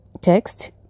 text